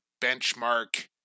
benchmark